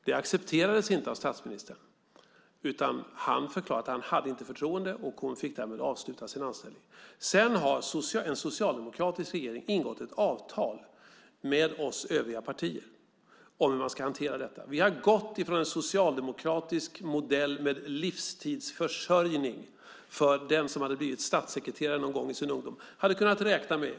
Det accepterades inte av statsministern. Han förklarade att han inte hade förtroende för henne, och hon fick därmed avsluta sin anställning. En socialdemokratisk regering har ingått ett avtal med oss övriga partier om hur man ska hantera detta. Vi har gått ifrån en socialdemokratisk modell med livstids försörjning för den som hade blivit statssekreterare någon gång i sin ungdom.